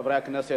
חברי הכנסת,